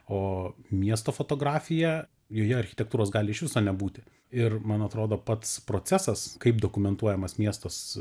o miesto fotografija joje architektūros gali iš viso nebūti ir man atrodo pats procesas kaip dokumentuojamas miestas